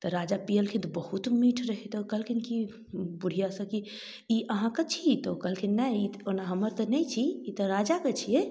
तऽ राजा पीयलखिन तऽ बहुत मीठ रहै तऽ कहलखिन की बुढ़िआसँ की ई अहाँके छी तऽ ओ कहलखिन नहि ई तऽ ओना हमर तऽ नहि छी ई ई तऽ राजाके छियै